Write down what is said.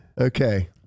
okay